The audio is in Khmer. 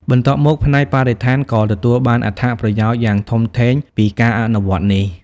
បន្ទាប់មក ផ្នែកបរិស្ថាន ក៏ទទួលបានអត្ថប្រយោជន៍យ៉ាងធំធេងពីការអនុវត្តន៍នេះ។